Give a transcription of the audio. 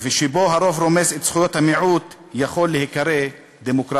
ובו הרוב רומס את זכויות המיעוט יכול להיקרא דמוקרטי?